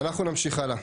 אנחנו נמשיך הלאה.